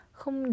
không